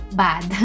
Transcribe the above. bad